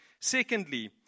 Secondly